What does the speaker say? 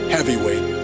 Heavyweight